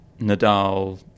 Nadal